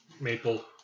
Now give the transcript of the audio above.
maple